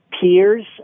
Peers